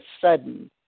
sudden